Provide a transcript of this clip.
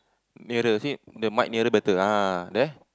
nearer you see the mike nearer better ah there